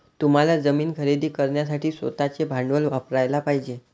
तुम्हाला जमीन खरेदी करण्यासाठी स्वतःचे भांडवल वापरयाला पाहिजे